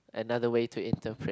another way to interpret